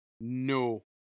No